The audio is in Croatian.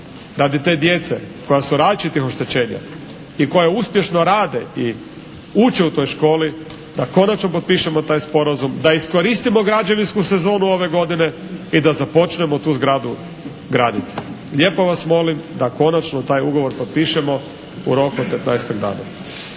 radi te djece koja su različitih oštećenja i koja uspješno rade i uče u toj školi da konačno potpišemo taj sporazum. Da iskoristimo građevinsku sezonu ove godine i da započnemo tu zgradu graditi. Lijepo vas molim da konačno taj ugovor potpišemo u roku od 15-tak dana.